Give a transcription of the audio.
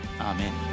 Amen